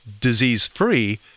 disease-free